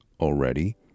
already